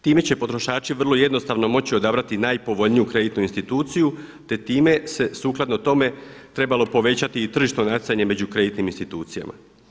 Time će potrošači vrlo jednostavno moći odabrati i najpovoljniju kreditnu instituciju te time se sukladno tome trebalo povećati i tržišno natjecanje među kreditnim institucijama.